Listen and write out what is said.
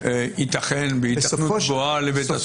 יתכן בהיתכנות גבוהה לבית הסוהר.